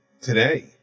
today